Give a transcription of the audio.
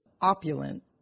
opulent